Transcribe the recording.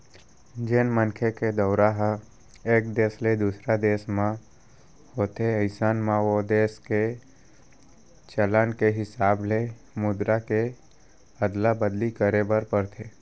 जेन मनखे के दौरा ह एक देस ले दूसर देस म होथे अइसन म ओ देस के चलन के हिसाब ले मुद्रा के अदला बदली करे बर परथे